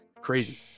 crazy